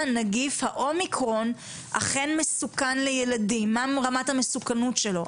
נגיף האומיקרון אכן מסוכן לילדים ומהי רמת המסוכנות שלו,